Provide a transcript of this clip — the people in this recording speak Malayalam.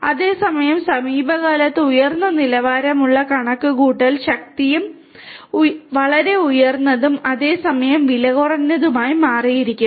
അതേസമയം സമീപകാലത്ത് ഉയർന്ന നിലവാരമുള്ള കണക്കുകൂട്ടൽ ശക്തിയും വളരെ ഉയർന്നതും അതേ സമയം വിലകുറഞ്ഞതുമായി മാറിയിരിക്കുന്നു